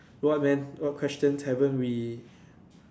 what man what questions haven't we